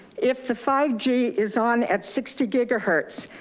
if the five g is on at sixty gigahertz,